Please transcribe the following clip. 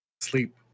sleep